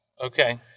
Okay